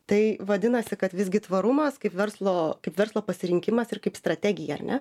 tai vadinasi kad visgi tvarumas kaip verslo kaip verslo pasirinkimas ir kaip strategija ar ne